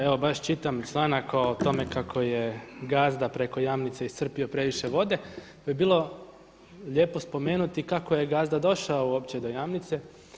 Evo baš čitam članak o tome kako je gazda preko Jamnice iscrpio previše vode, pa bi bilo lijepo spomenuti kako je gazda došao uopće do Jamnice.